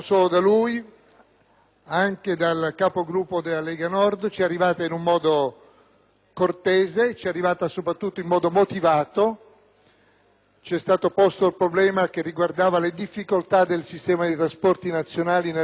anche dal Capogruppo della Lega Nord; ci è pervenuta in modo cortese e soprattutto in modo motivato. È stato posto il problema che riguardava le difficoltà legate al sistema dei trasporti nazionali nella giornata di domani;